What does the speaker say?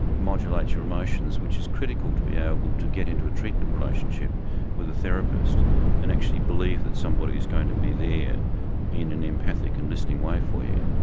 modulate your emotions, which is critical to be able to get into a treatment relationship with a therapist and actually believe that somebody's going to be there in an empathic and listening way for you.